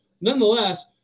Nonetheless